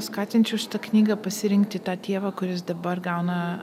skatinčiau šitą knygą pasirinkti tą tėvą kuris dabar gauna